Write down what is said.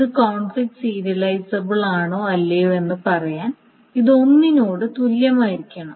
ഇത് കോൺഫ്ലിക്റ്റ് സീരിയലൈസബിളാണോ അല്ലയോ എന്ന് പറയാൻ ഇത് ഒന്നിനോട് തുല്യമായിരിക്കണം